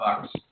bucks